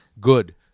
Good